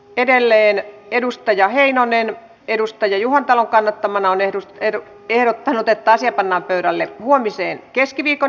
edelleen edustaja heinonen edustajuhantalon kannattamananeet eikä kehdata että asia pannaan pöydälle huomiseen keskiviikon